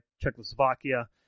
Czechoslovakia